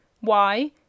Why